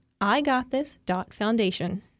igotthis.foundation